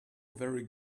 very